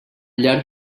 llarg